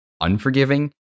unforgiving